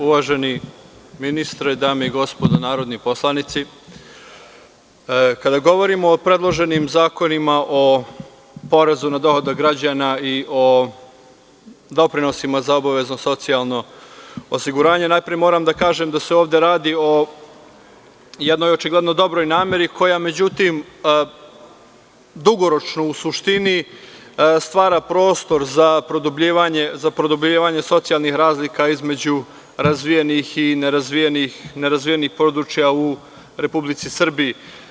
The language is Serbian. Uvaženi ministre, dame i gospodo narodni poslanici, kada govorimo o predloženim zakonima o porezima na dohodak građana i o doprinosima za obavezno socijalno osiguranje, najpre moram da kažem da se ovde radi o jedno očigledno dobroj nameri koja dugoročno u suštini stvara prostor za produbljivanje socijalnih razlika između razvijenih i nerazvijenih područja u Republici Srbiji.